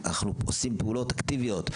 אז אנחנו עושים פעולות אקטיביות,